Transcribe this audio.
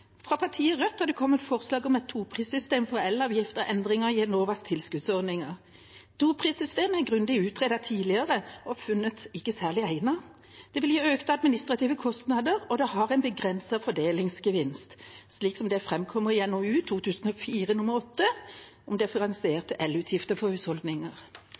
Fra partiet Rødt har det kommet forslag om et toprissystem for elavgift og endring i Enovas tilskuddsordninger. Toprissystemet er grundig utredet tidligere og ikke funnet særlig egnet. Det vil gi økte administrative kostnader, og det har en begrenset fordelingsgevinst, slik det framkommer i NOU 2004:8 om differensiert elavgift for husholdninger.